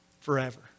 forever